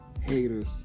haters